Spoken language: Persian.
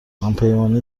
همپیمانی